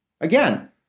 Again